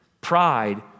pride